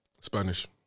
Spanish